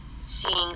seeing